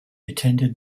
attended